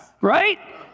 right